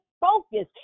focus